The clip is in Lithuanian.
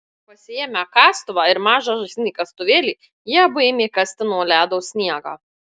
pasiėmę kastuvą ir mažą žaislinį kastuvėlį jie abu ėmė kasti nuo ledo sniegą